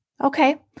Okay